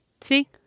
See